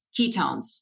ketones